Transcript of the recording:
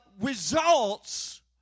results